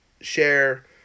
share